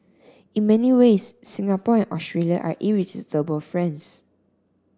in many ways Singapore and Australia are irresistible friends